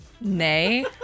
Nay